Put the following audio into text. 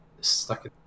stuck